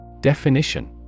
Definition